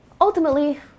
Ultimately